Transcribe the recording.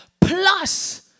plus